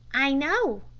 i know,